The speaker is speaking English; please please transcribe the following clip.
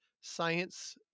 science